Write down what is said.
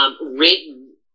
written